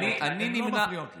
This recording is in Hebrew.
הן לא מפריעות לי.